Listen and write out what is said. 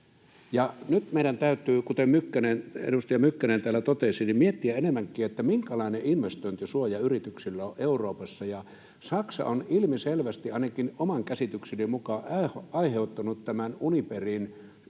Nyt meidän täytyy, kuten edustaja Mykkänen täällä totesi, miettiä enemmänkin, minkälainen investointisuoja yrityksillä on Euroopassa. Saksa on ilmiselvästi ainakin oman käsitykseni mukaan aiheuttanut tämän Uniperin osakkeen